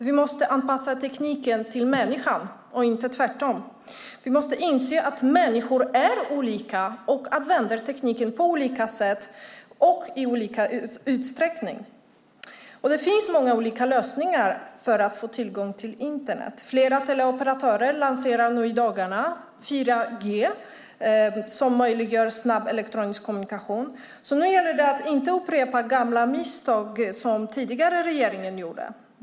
Vi måste anpassa tekniken till människan och inte tvärtom. Vi måste inse att människor är olika och använder tekniken på olika sätt och i olika utsträckning. Det finns många olika lösningar för att få tillgång till Internet. Flera teleoperatörer lanserar nu i dagarna 4G som möjliggör snabb elektronisk kommunikation. Nu gäller det att inte upprepa gamla misstag som den tidigare regeringen gjorde.